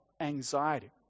anxiety